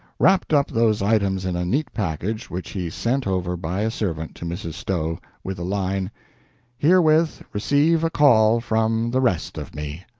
wrapped up those items in a neat package, which he sent over by a servant to mrs. stowe, with the line herewith receive a call from the rest of me.